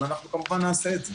אז אנחנו, כמובן, נעשה את זה.